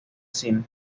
cine